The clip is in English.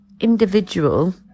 individual